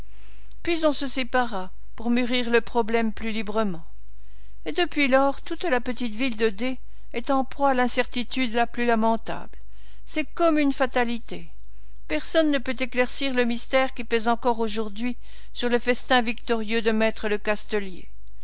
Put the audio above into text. puis on se sépara pour mûrir le problème plus librement et depuis lors toute la petite ville de d est en proie à l'incertitude la plus lamentable c'est comme une fatalité personne ne peut éclaircir le mystère qui pèse encore aujourd'hui sur le festin victorieux de me lecastelier